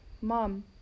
Mom